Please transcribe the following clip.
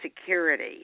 security